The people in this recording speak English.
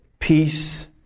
Peace